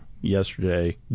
yesterday